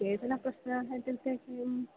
केचन प्रश्नाः इत्युक्ते किम्